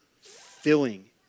filling